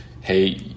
Hey